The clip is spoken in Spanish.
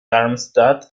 darmstadt